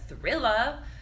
thriller